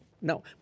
no